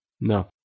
No